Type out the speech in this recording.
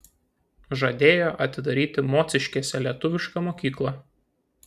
žadėjo atidaryti mociškėse lietuvišką mokyklą